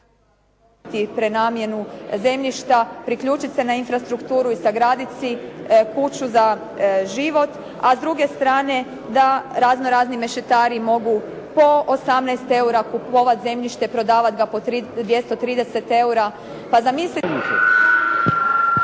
prenamjenu zemljišta, priključiti se na infrastrukturu i sagraditi si kuću za život, a s druge strane da raznorazni mešetari po 18 eura kupovat zemljište, prodavat ga po 230 eura. Pa zamislite